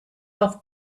off